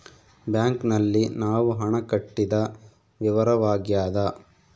bank ನಲ್ಲಿ ನಾವು ಹಣ ಕಟ್ಟಿದ ವಿವರವಾಗ್ಯಾದ